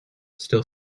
still